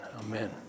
Amen